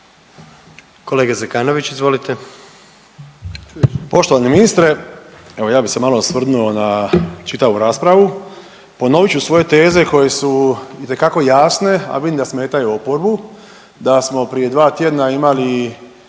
Kolega Zekanović izvolite.